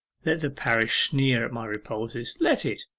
let the parish sneer at my repulses, let it.